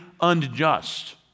unjust